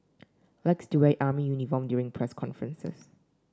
likes to wear army uniform during press conferences